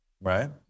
right